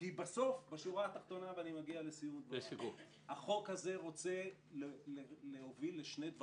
חופש הביטוי, יש לגביו איסורים בדין